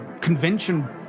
Convention